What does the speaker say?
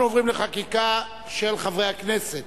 אנחנו עוברים לחקיקה של חברי הכנסת,